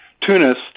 Tunis